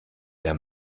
der